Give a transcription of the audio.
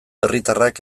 herritarrak